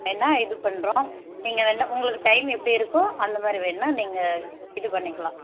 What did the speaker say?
வேணுனா இது பண்ணுறோம் நீங்கள் வேணுனா உங்களுக்கு டைம் எப்படி இருக்கோ அந்த மாதிரி வேணுனா நீங்கள் இது பண்ணிக்கலாம்